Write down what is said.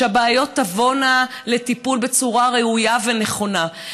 שהבעיות תבואנה לידי טיפול בצורה ראויה ונכונה.